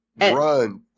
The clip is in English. Run